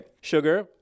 Sugar